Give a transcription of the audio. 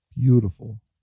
Beautiful